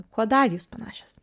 kuo dar jūs panašios